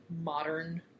modern